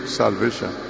salvation